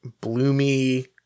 bloomy